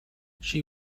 she